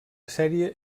sèrie